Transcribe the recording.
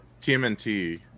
TMNT